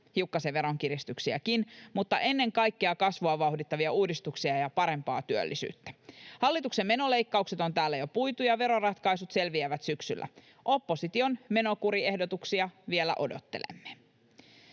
hiukkasen veronkiristyksiäkin, mutta ennen kaikkea kasvua vauhdittavia uudistuksia ja parempaa työllisyyttä. Hallituksen menoleikkaukset on täällä jo puitu, ja veroratkaisut selviävät syksyllä. Opposition menokuriehdotuksia vielä odottelemme.